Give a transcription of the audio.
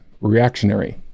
reactionary